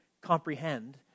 comprehend